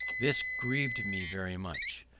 this grieved me very much.